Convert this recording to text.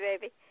baby